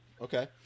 Okay